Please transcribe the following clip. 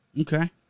Okay